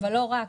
אבל לא רק,